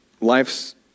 Life's